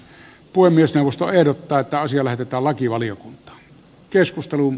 puhemiesneuvosto ehdottaa että asia lähetetään lakivaliokuntaan